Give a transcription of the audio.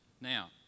now